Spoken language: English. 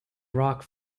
rock